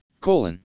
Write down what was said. colon